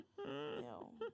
No